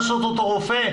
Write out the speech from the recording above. לעשות אותו רופא?